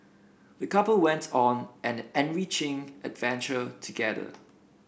the couple went on an enriching adventure together